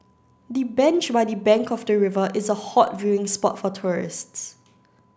the bench by the bank of the river is a hot viewing spot for tourists